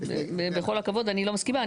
בכל הכבוד, אני לא מסכימה.